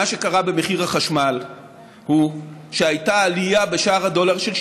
מה שקרה במחיר החשמל הוא שהייתה עלייה של 6% בשער הדולר.